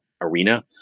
arena